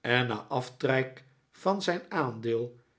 en na aftrek van zijn aandeel